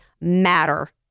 Matter